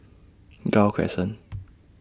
Gul Crescent